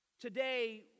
Today